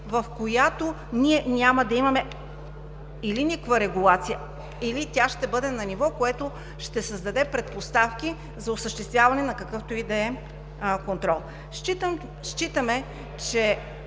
в която няма да имаме или никаква регулация, или тя ще бъде на ниво, което ще създаде предпоставки за осъществяване на какъвто и да е контрол. Считаме, че